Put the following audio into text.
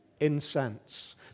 incense